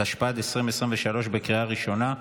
התשפ"ד 2023, לקריאה ראשונה.